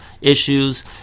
issues